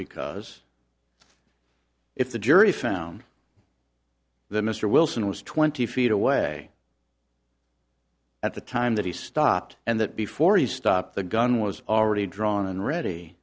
because if the jury found the mr wilson was twenty feet away at the time that he stopped and that before you stopped the gun was already drawn and ready